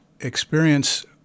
experience